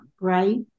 right